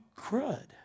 crud